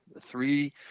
three